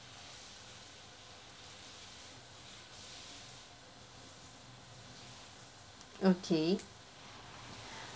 okay